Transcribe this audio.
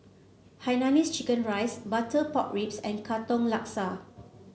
Hainanese Chicken Rice Butter Pork Ribs and Katong Laksa